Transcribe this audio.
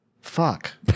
Fuck